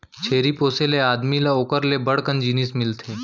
छेरी पोसे ले आदमी ल ओकर ले बड़ कन जिनिस मिलथे